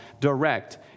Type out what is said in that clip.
direct